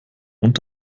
und